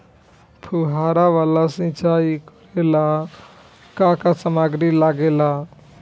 फ़ुहारा वाला सिचाई करे लर का का समाग्री लागे ला?